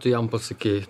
tu jam pasakei